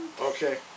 Okay